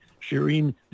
Shireen